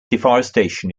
deforestation